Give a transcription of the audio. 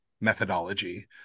methodology